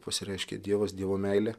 pasireiškė dievas dievo meilė